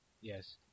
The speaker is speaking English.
yes